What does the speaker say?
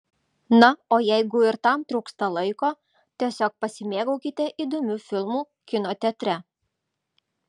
na o jeigu ir tam trūksta laiko tiesiog pasimėgaukite įdomiu filmu kino teatre